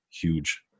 huge